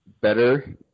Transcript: better